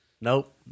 Nope